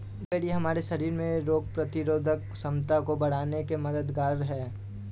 blueberry हमारे शरीर में रोग प्रतिरोधक क्षमता को बढ़ाने में मददगार है